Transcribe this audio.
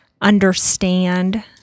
understand